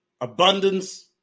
Abundance